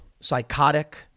psychotic